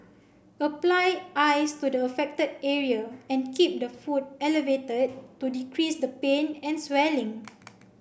apply ice to the affected area and keep the foot elevated to decrease the pain and swelling